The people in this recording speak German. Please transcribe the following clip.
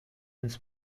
ins